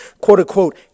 quote-unquote